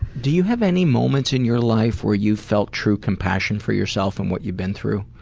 do you have any moments in your life where you've felt true compassion for yourself and what you've been through?